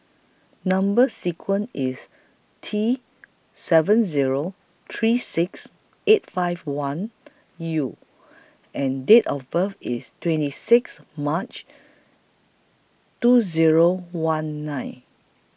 Number sequence IS T seven Zero three six eight five one U and Date of birth IS twenty six March two Zero one nine